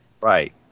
Right